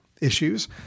issues